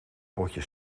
potje